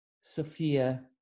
Sophia